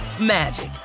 magic